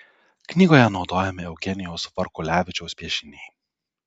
knygoje naudojami eugenijaus varkulevičiaus piešiniai